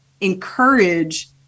encourage